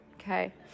okay